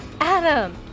Adam